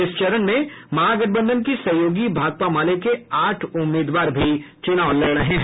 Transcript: इस चरण में महागठबंधन की सहयोगी भाकपा माले के आठ उम्मीदवार भी चुनाव लड़ रहे हैं